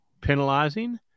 penalizing